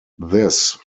this